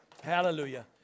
Hallelujah